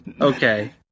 Okay